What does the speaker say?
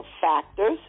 factors